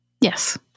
Yes